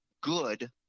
good